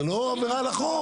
זה לא עבירה על החוק.